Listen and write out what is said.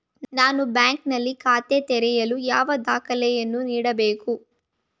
ನಾನು ಬ್ಯಾಂಕ್ ನಲ್ಲಿ ಖಾತೆ ತೆರೆಯಲು ಯಾವ ದಾಖಲೆಗಳನ್ನು ನೀಡಬೇಕು?